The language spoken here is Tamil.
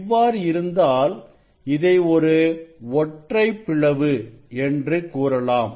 இவ்வாறு இருந்தால் இதை ஒரு ஒற்றைப் பிளவு என்று கூறலாம்